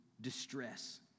distress